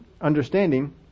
understanding